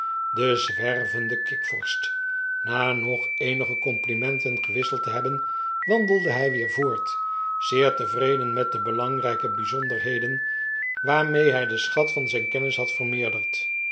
de zwervende kikvorsch na nog eenige complimenten gewisseld te hebben wandelde hij weer voort zeer tevreden met de belangrijke bijzonderheden waarmee hij zijn schat van kennis had